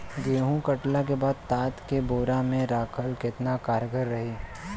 गेंहू कटला के बाद तात के बोरा मे राखल केतना कारगर रही?